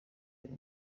ari